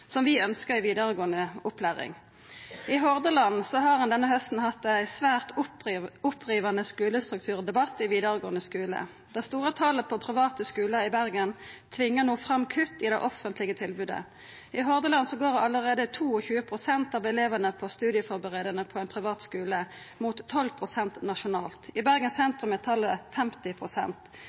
som vi ønskjer i vidaregåande opplæring. I Hordaland har ein denne hausten hatt ein svært opprivande skulestrukturdebatt i vidaregåande skule. Det store talet på private skular i Bergen tvingar no fram kutt i det offentlege tilbodet. I Hordaland går allereie 22 pst. av elevane på studieførebuande på ein privat skule, mot 12 pst. nasjonalt. I Bergen sentrum er talet